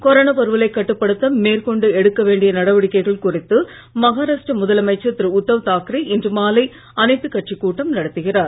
corona பரவலை கட்டுப்படுத்த மேற்கொண்டு எடுக்க வேண்டிய நடவடிக்கைகள் குறித்து மகாராஷ்டிர முதலமைச்சர் திரு உத்தவ் தாக்கரே இன்று மாலை அனைத்துக் கட்சிக் கூட்டம் நடத்துகிறார்